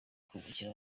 kumurikira